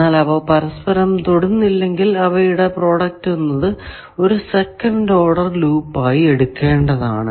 എന്നാൽ അവ പരസ്പരം തൊടുന്നില്ലെങ്കിൽ അവയുടെ പ്രോഡക്റ്റ് ഒരു സെക്കന്റ് ഓർഡർ ലൂപ്പ് ആയി എടുക്കേണ്ടതാണ്